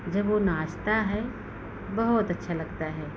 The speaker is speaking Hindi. जब वह नाचता है बहुत अच्छा लगता है